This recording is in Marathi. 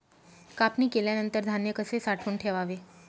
कापणी केल्यानंतर धान्य कसे साठवून ठेवावे?